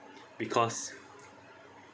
because